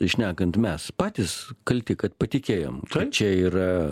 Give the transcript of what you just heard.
šnekant mes patys kalti kad patikėjom kad čia yra